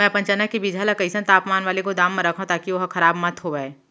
मैं अपन चना के बीजहा ल कइसन तापमान वाले गोदाम म रखव ताकि ओहा खराब मत होवय?